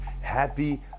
Happy